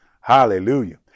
Hallelujah